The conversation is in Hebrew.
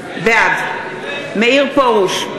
בעד מאיר פרוש,